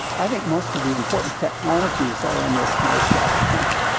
i think most of the important technologies are in this moore's law decline.